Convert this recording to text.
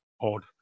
odd